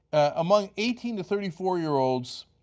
among eighteen to thirty four year olds